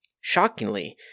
Shockingly